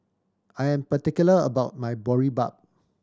I am particular about my Boribap